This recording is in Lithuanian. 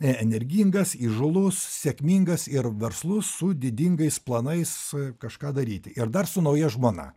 energingas įžūlus sėkmingas ir verslus su didingais planais kažką daryti ir dar su nauja žmona